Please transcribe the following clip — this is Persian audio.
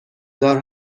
دار